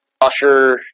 Usher